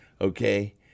okay